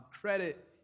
credit